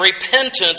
repentance